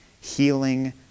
healing